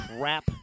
Crap